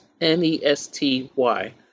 N-E-S-T-Y